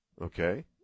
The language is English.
Okay